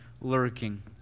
lurking